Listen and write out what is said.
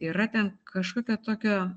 yra ten kažkokio tokio